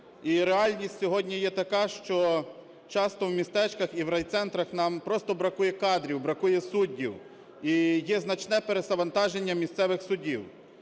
І реальність сьогодні є така, що часто в містечках і в райцентрах нам просто бракує кадрів, бракує суддів і є значне перевантаження місцевих судів.